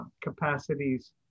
capacities